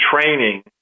training